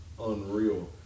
unreal